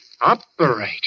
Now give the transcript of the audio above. Operate